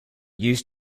used